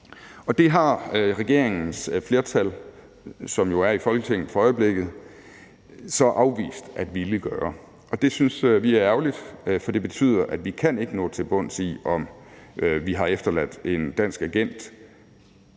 Det har regeringens flertal, som jo er i Folketinget for øjeblikket, så afvist at ville gøre. Og det synes vi er ærgerligt, for det betyder, at vi ikke kan nå til bunds i, om en person, som har begået